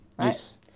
yes